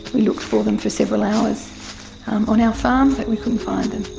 looked for them for several hours on our farm but we couldn't find them.